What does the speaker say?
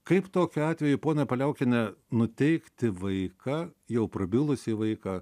kaip tokiu atveju ponia paliaukiene nuteikti vaiką jau prabilusį vaiką